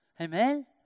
Amen